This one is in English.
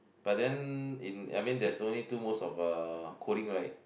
but then in I mean there's only two modes of uh cooling right